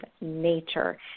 Nature